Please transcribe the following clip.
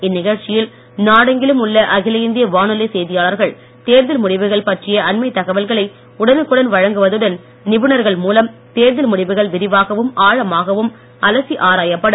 இந்நிகழ்ச்சியில் நாடெங்கிலும் உள்ள அகில இந்திய வானொலி செய்தியாளர்கள் தேர்தல் பற்றிய அண்மைத் தகவல்களை ழுடிவுகள் உடனுக்குடன் வழங்குவதுடன் நிபுணர்கள் மூலம் தேர்தல் முடிவுகள் விரிவாகவும் ஆழமாகவும் அலசி ஆராயப்படும்